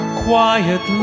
quiet